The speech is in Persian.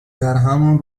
درهمان